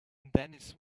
dennis